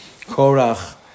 Korach